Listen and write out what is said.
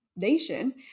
nation